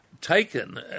taken